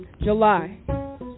July